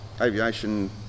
Aviation